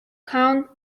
current